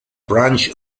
branch